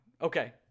Okay